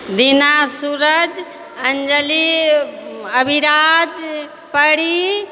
दीना सूरज अञ्जलि अविराज परी